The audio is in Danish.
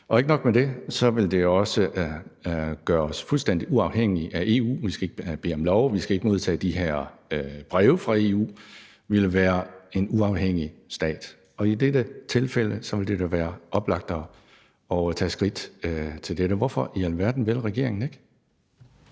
og ikke nok med det, så vil det jo også gøre os fuldstændig uafhængige af EU – vi skal ikke bede om lov, vi skal ikke modtage de her breve fra EU, vi vil være en uafhængig stat, og i dette tilfælde vil det da være oplagt at tage skridt til dette. Hvorfor i alverden vil regeringen ikke